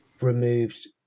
removed